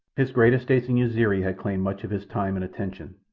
his great estates in uziri had claimed much of his time and attention,